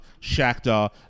Shakhtar